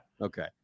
Okay